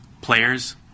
players